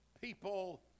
People